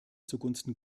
zugunsten